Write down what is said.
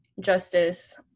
justice